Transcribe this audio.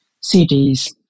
cities